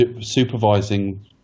supervising